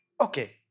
okay